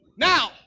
Now